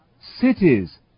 cities